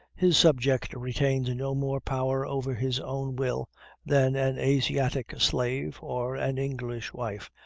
his subject retains no more power over his own will than an asiatic slave, or an english wife,